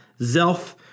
Zelf